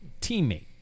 Teammate